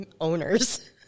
owners